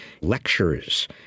Lectures